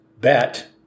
bet